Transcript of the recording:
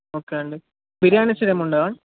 okay అండి బిర్యానీస్ ఏమి ఉండవా